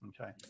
okay